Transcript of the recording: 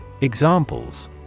Examples